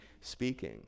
speaking